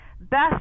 best